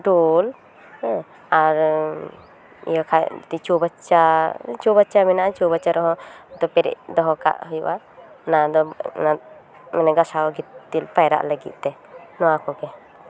ᱰᱳᱞ ᱦᱮᱸ ᱟᱨ ᱤᱭᱟᱹ ᱠᱷᱟᱱ ᱪᱳᱣᱵᱟᱪᱪᱟ ᱪᱳᱣᱵᱟᱪᱪᱟ ᱢᱮᱱᱟᱜᱼᱟ ᱪᱳᱣᱵᱟᱪᱪᱟ ᱨᱮᱦᱚᱸ ᱛᱚ ᱯᱮᱨᱮᱡ ᱫᱚᱦᱚᱠᱟᱜ ᱦᱩᱭᱩᱜᱼᱟ ᱚᱱᱟ ᱫᱚ ᱚᱟᱱ ᱢᱟᱱᱮ ᱜᱟᱥᱟᱣ ᱜᱤᱛᱤᱞ ᱯᱟᱭᱨᱟᱜ ᱞᱟᱹᱜᱤᱫ ᱛᱮ ᱱᱚᱣᱟ ᱠᱚᱜᱮ